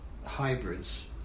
hybrids